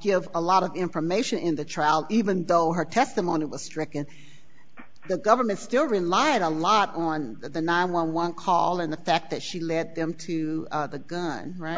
give a lot of information in the trial even though her testimony was stricken the government's still relying a lot on the nine one one call in the fact that she led them to the gun right